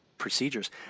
procedures